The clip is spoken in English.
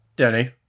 Denny